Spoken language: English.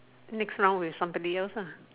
next round with somebody else lah